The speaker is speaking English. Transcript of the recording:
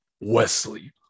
Wesley